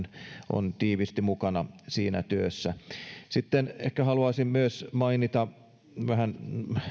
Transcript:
on tiiviisti mukana siinä työssä sitten ehkä haluaisin myös mainita vähän